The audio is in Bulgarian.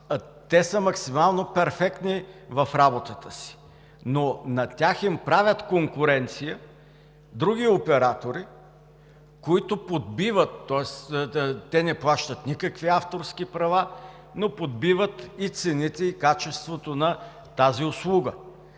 са максимално перфектни в работата си. На тях обаче им правят конкуренция други оператори, които подбиват, тоест те не плащат никакви авторски права, но подбиват и цените, и качеството на тази услуга,